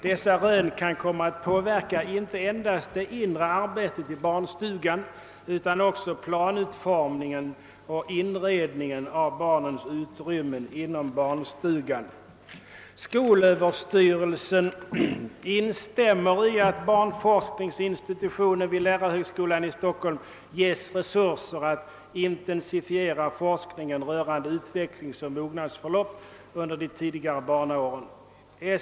Dessa rön kan komma att påverka inte endast det inre arbetet i barnstugan utan också planutformningen och inredningen av barnens utrymmen inom barnstugan.» Skolöverstyrelsen instämmer i förslaget att barnforskningsinstitutionen vid lärarhögskolan i Stockholm ges resurser att intensifiera forskningen rörande utvecklingsoch mognadsförloppet under de tidiga barnaåren.